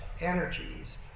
energies